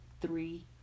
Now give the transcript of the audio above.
three